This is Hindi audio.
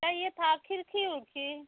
चाहिए था खिड़की उड़की